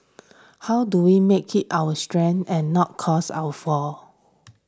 how do we make it our strength and not cause our fall